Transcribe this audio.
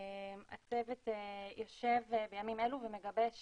הצוות יושב בימים אלו ומגבש